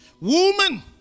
Woman